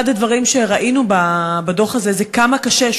אחד הדברים שראינו בדוח הזה זה כמה קשה,